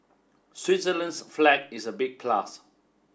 Switzerland's flag is a big plus